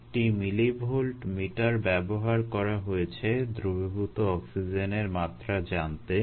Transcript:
একটি millivolt meter ব্যবহার করা হয়েছে দ্রবীভূত অক্সিজেনের মাত্রা জানতে